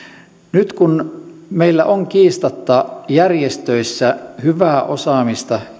nyt kun meillä on kiistatta järjestöissä hyvää osaamista